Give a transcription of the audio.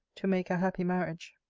to make a happy marriage.